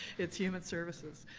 it's human services.